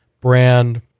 brand